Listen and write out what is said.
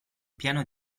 piano